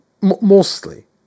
Mostly